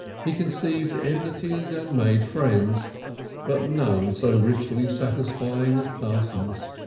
he conceived enmities and made friends but none so richly satisfying as parsons.